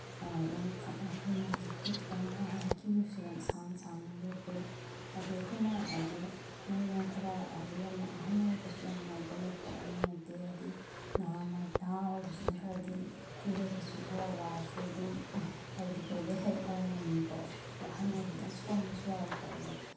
ꯌꯥꯝ ꯑꯩꯈꯣꯏꯅ ꯍꯧꯖꯤꯛꯇꯤ ꯈꯤꯇꯪ ꯍꯥꯏꯗꯤ ꯀ꯭ꯌꯨꯁꯤ ꯌꯥꯝ ꯁꯥꯡ ꯁꯥꯡꯅ ꯂꯦꯞꯄꯦ ꯍꯥꯏꯗꯤ ꯑꯩꯈꯣꯏꯅ ꯍꯥꯏꯗꯤ ꯃꯣꯏꯅ ꯈꯔ ꯍꯥꯏꯗꯤ ꯌꯥꯝꯅ ꯑꯍꯟ ꯑꯣꯏꯕꯁꯨ ꯌꯥꯝ ꯌꯥꯎꯋꯤꯀꯣ ꯃꯔꯛꯇ ꯌꯥꯝ ꯅꯨꯡꯉꯥꯏꯇꯦ ꯍꯥꯏꯗꯤ ꯅꯍꯥ ꯑꯣꯏꯕꯁꯤꯅ ꯈꯔꯗꯤ ꯀ꯭ꯌꯨ ꯂꯦꯞꯄꯁꯤ ꯈꯔ ꯋꯥꯔꯁꯨ ꯑꯗꯨꯝ ꯈꯔ ꯉꯝꯃꯤꯀꯣ ꯑꯗꯣ ꯑꯍꯟ ꯑꯣꯏꯕ ꯌꯥꯝ ꯁꯣꯟꯕꯁꯨ ꯌꯥꯎꯋꯤꯀꯣ ꯑꯗꯨ